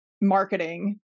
marketing